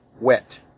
wet